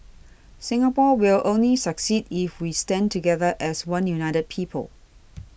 Singapore will only succeed if we stand together as one united people